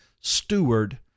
steward